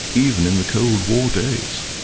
even in the cold war days.